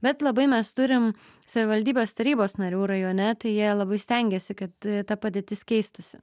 bet labai mes turim savivaldybės tarybos narių rajone tai jie labai stengiasi kad ta padėtis keistųsi